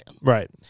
Right